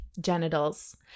genitals